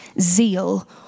zeal